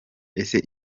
ese